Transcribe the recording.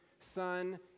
son